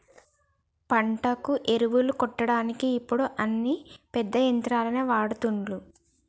పంటకు ఎరువులు కొట్టడానికి ఇప్పుడు అన్ని పెద్ద యంత్రాలనే వాడ్తాన్లు